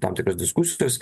tam tikros diskusijos